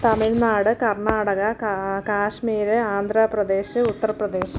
തമിഴ്നാട് കർണാടക കാ കാശ്മീർ ആന്ധ്രപ്രദേശ് ഉത്തർപ്രദേശ്